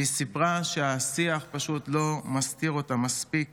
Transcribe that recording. והיא סיפרה שהשיח פשוט לא מסתיר אותה מספיק